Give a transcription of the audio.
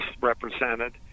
represented